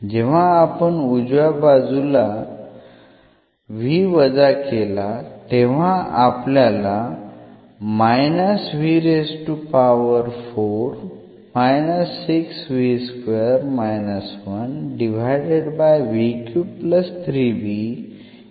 जेव्हा आपण उजव्या बाजू मधून v वजा केला तेव्हा आपल्याला ही उजवी बाजू मिळेल